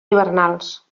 hivernals